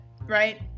right